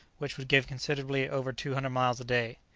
which would give considerably over two hundred miles a day.